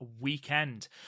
weekend